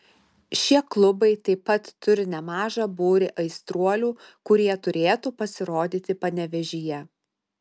šie klubai taip pat turi nemažą būrį aistruolių kurie turėtų pasirodyti panevėžyje